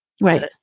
right